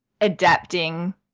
adapting